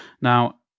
Now